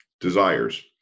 desires